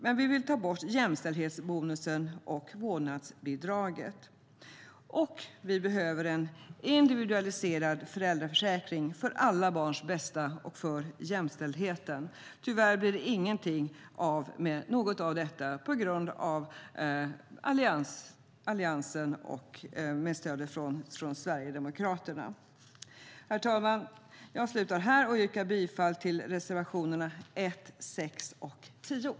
Men vi vill ta bort jämställdhetsbonusen och vårdnadsbidraget. Herr talman! Jag yrkar bifall till reservationerna 1, 6 och 10.